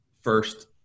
first